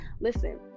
listen